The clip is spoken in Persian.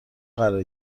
قرار